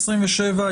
27,